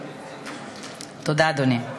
תודה, אדוני.